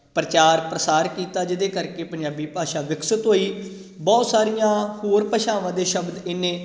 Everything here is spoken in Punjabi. ਪ੍ਰਚਾਰ ਪ੍ਰਸਾਰ ਕੀਤਾ ਜਿਹਦੇ ਕਰਕੇ ਪੰਜਾਬੀ ਭਾਸ਼ਾ ਵਿਕਸਿਤ ਹੋਈ ਬਹੁਤ ਸਾਰੀਆਂ ਹੋਰ ਭਾਸ਼ਾਵਾਂ ਦੇ ਸ਼ਬਦ ਇੰਨੇ